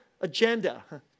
agenda